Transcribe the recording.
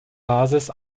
basis